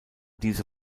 diese